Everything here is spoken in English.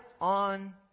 on